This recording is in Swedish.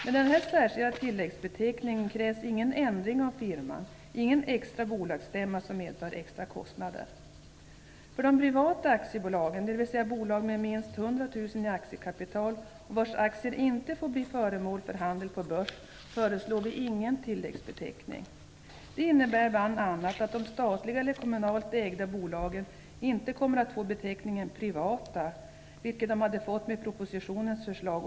Med denna särskilda tilläggsbeteckning krävs ingen ändring av firman och ingen extra bolagsstämma som medför extra kostnader. 100 000 kronor i aktiekapital vars aktier inte får bli föremål för handel på börs, föreslår vi ingen tilläggsbeteckning. Detta innebär bl.a. att de statligt eller kommunalt ägda bolagen inte kommer att få beteckningen "privata", vilket det hade fått med propositionens förslag.